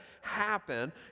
happen